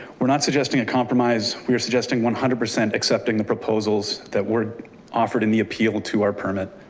we're not suggesting a compromise. we're suggesting one hundred percent accepting the proposals that were offered in the appeal to our permit.